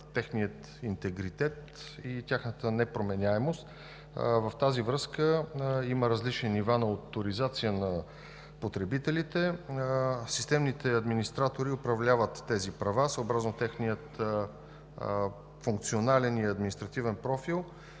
техния интегритет и тяхната непроменяемост. В тази връзка има различни нива на оторизация на потребителите. Системните администратори управляват тези права съобразно техния функционален и административен профил,